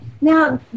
now